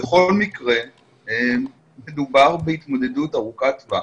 בכל מקרה מדובר בהתמודדות ארוכת טווח